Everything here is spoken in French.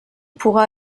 pourra